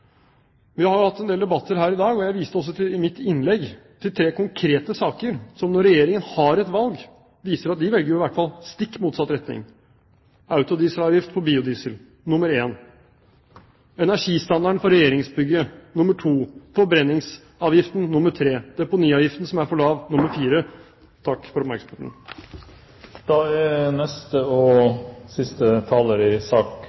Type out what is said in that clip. vi skal oppfylle kuttene hjemme. Vi har jo hatt en del debatter her i dag, og jeg viste også i mitt innlegg til tre konkrete saker som viser at når Regjeringen har et valg, velger de i hvert fall i stikk motsatt retning: autodieselavgift på biodiesel – nummer 1, energistandard på regjeringsbygget – nummer 2, forbrenningsavgiften – nummer 3, deponiavgiften, som er for lav